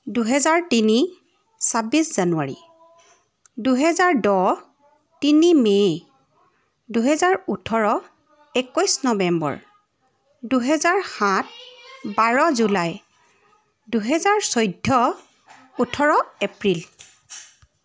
দুহেজাৰ তিনি ছাব্বিছ জানুৱাৰী দুহেজাৰ দহ তিনি মে' দুহেজাৰ ওঠৰ একৈছ নৱেম্বৰ দুহেজাৰ সাত বাৰ জুলাই দুহেজাৰ চৈধ্য ওঠৰ এপ্ৰিল